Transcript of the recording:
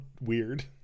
weird